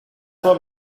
what